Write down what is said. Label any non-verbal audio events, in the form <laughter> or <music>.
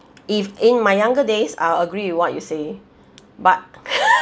if in my younger days I'll agree with what you say but <laughs>